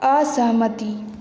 असहमति